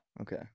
Okay